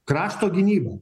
krašto gynyba